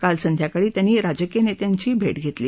काल संध्याकाळी त्यांनी राजकीय नेत्यांघी भेट घेतली